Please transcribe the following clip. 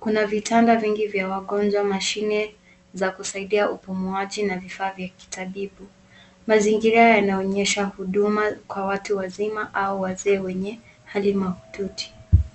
Kuna vitanda vingi vya wagonjwa, mashine za kusaidia upumuaji, na vifaa vya kitabibu. Mazingira yanaonyesha huduma kwa watu wazima au wazee wenye hali mahututi.